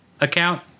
account